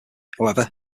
however